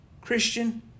Christian